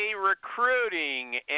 Recruiting